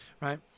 Right